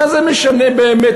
מה זה משנה באמת,